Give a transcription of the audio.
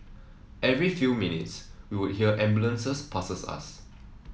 every few minutes we would hear ambulances passes us